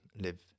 live